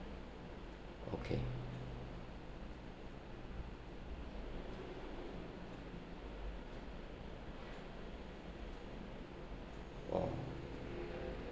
okay oh